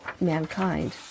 mankind